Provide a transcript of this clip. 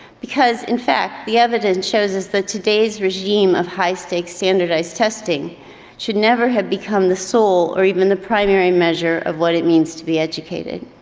because in fact, the evidence shows us the today's regime of high-stakes standardized testing should never have become the sole or even the primary measure of what it means to be educated.